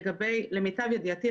למיטב ידיעתי,